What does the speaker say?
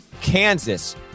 Kansas